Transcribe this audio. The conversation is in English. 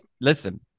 listen